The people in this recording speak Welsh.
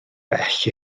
bell